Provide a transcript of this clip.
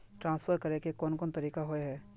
Transfer करे के कोन कोन तरीका होय है?